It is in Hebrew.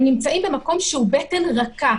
הם נמצאים במקום שהוא בטן רכה.